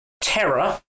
terror